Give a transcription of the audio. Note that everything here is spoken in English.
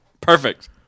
perfect